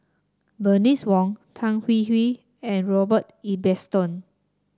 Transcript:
B ernice Wong Tan Hwee Hwee and Robert Ibbetson